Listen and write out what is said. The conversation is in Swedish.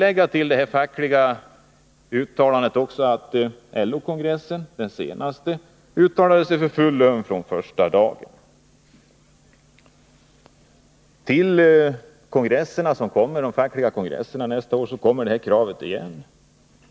Vi kan till de här fackliga uttalandena lägga att den senaste LO-kongressen uttalade sig för full lön från första dagen. Till de fackliga kongresserna nästa år kommer det här kravet igen.